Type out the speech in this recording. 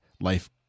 life